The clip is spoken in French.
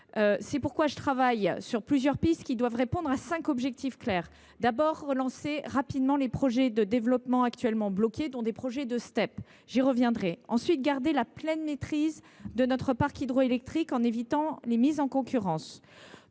C’est pourquoi je travaille sur plusieurs pistes, qui doivent répondre à cinq objectifs clairs. Premièrement, relancer rapidement les projets de développement actuellement bloqués, notamment des projets de Step. Deuxièmement, garder la pleine maîtrise de notre parc hydroélectrique en évitant les mises en concurrence.